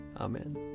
Amen